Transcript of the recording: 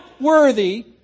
worthy